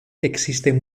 existen